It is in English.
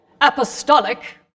apostolic